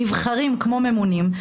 נבחרים כמו ממונים,